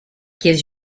gives